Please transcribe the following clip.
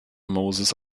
moses